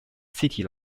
city